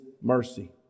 mercy